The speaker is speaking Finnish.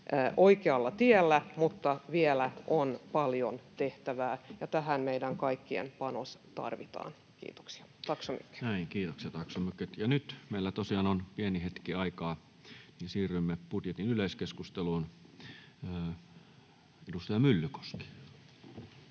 oikealla tiellä, mutta vielä on paljon tehtävää, ja tähän meidän kaikkien panos tarvitaan. — Kiitoksia, tack så mycket. Näin. Kiitoksia, tack så mycket. — Ja kun nyt meillä tosiaan on pieni hetki aikaa, niin siirrymme budjetin yleiskeskusteluun. — Edustaja Myllykoski.